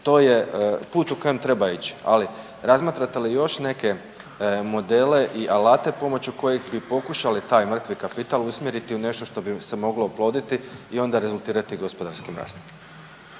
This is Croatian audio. to je put u kojem treba ići, ali razmatrate li još neke modele i alate pomoću kojih bi pokušali taj mrtvi kapital usmjeriti u nešto što bi se moglo oploditi i onda rezultirati gospodarskim rastom.